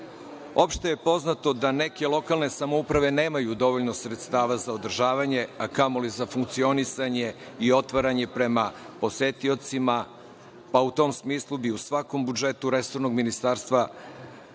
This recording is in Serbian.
narod. Opšte je poznato da neke lokalne samouprave nemaju dovoljno sredstava za održavanje, a kamoli za funkcionisanje i otvaranje prema posetiocima, pa u tom smislu bi u svakom budžetu resornog Ministarstva kulture,